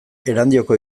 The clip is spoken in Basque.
erandioko